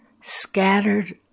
scattered